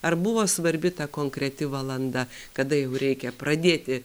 ar buvo svarbi ta konkreti valanda kada jau reikia pradėti